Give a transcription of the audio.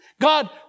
God